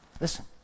listen